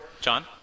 John